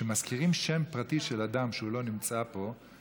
כשמזכירים שם פרטי של אדם כשהוא לא נמצא פה,